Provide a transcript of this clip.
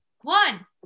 one